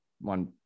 one